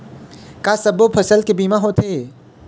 का सब्बो फसल के बीमा होथे?